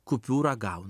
kupiūrą gauna